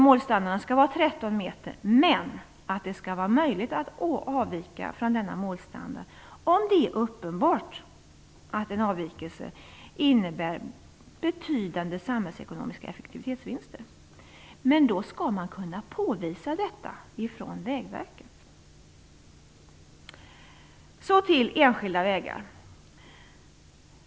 Målstandarden skall vara 13 meter, men det skall vara möjligt att avvika från denna målstandard om det är uppenbart att en avvikelse innebär betydande samhällsekonomiska effektivitetsvinster. Men då skall man från Vägverket kunna påvisa detta. Så över till enskilda vägar.